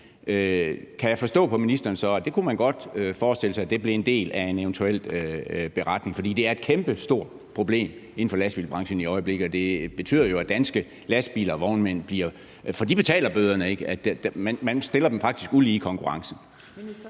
kan jeg forstå på ministeren man godt kunne forestille blev en del af en eventuel beretning, for det er et kæmpestort problem inden for lastbilbranchen i øjeblikket, og det betyder jo, at danske lastbiler og vognmænd bliver stillet ulige i konkurrencen,